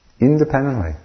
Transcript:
independently